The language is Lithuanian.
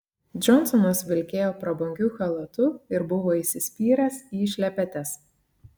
džonsonas vilkėjo prabangiu chalatu ir buvo įsispyręs į šlepetes